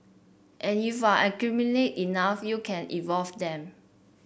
and if you accumulate enough you can evolve them